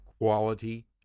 quality